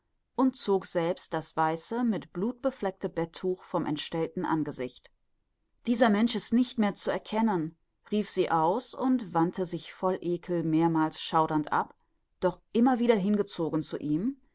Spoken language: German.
und zog selbst das weiße mit blut befleckte betttuch vom entstellten angesicht dieser mensch ist nicht mehr zu erkennen rief sie aus und wandte sich voll ekel mehrmals schaudernd ab doch immer wieder hingezogen zu ihm